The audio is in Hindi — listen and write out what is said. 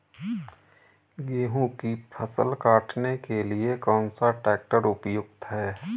गेहूँ की फसल काटने के लिए कौन सा ट्रैक्टर उपयुक्त है?